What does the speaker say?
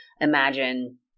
imagine